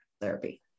therapy